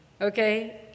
Okay